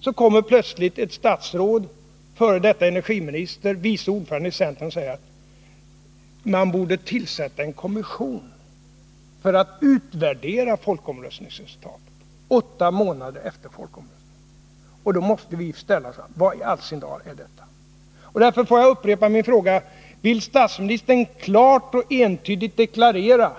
Så kommer plötsligt ett statsråd —f. d. energiminister, vice ordförande i centern — och säger: Man borde tillsätta en kommission för att utvärdera folkomröstningsresultatet — åtta månader efter folkomröstningen. Då måste vi ställa frågan: Vad i all sin dar är detta? Och därför upprepar jag också min fråga: Vill statsministern klart och entydigt deklarera